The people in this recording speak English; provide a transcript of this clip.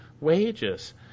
wages